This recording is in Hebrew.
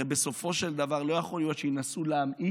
הרי בסופו של דבר לא יכול להיות שינסו להמאיס